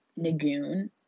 Nagoon